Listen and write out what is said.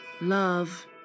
love